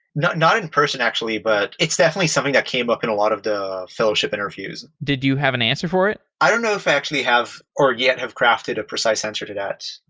not not in person actually, but it's definitely something that came up in a lot of the fellowship interviews. did you have an answer for it? i don't know if i actually have or yet have crafted a precise answer to that.